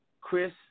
Chris